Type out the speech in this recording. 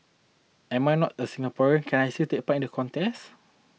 I am not a Singaporean can I still take part in the contest